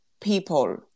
people